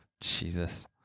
Jesus